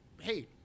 hey